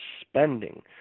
spending